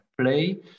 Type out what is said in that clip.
play